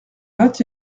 vingt